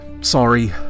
sorry